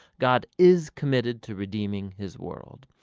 god is committed to redeeming his world.